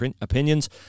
opinions